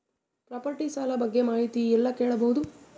Property ಸಾಲ ಬಗ್ಗೆ ಮಾಹಿತಿ ಎಲ್ಲ ಕೇಳಬಹುದು?